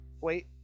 wait